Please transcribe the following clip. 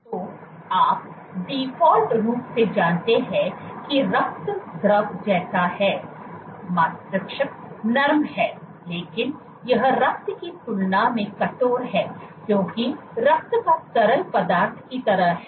तो आप डिफ़ॉल्ट रूप से जानते हैं कि रक्त द्रव जैसा है मस्तिष्क नरम है लेकिन यह रक्त की तुलना में कठोर है क्योंकि रक्त एक तरल पदार्थ की तरह है